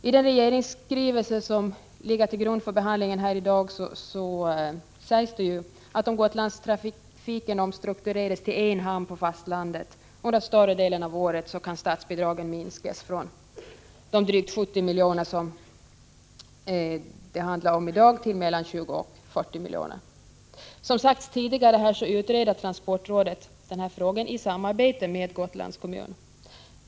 I den regeringsskrivelse som ligger till grund för behandlingen här i dag sägs att om Gotlandstrafiken omstruktureras till en hamn på fastlandet under större delen av året, kan statsbidragen minskas från drygt 70 milj.kr., som det är nu, till mellan 20 och 40 milj.kr. per år. Som sagts här tidigare utreder transportrådet för närvarande detta i samarbete med bl.a. Gotlands kommun.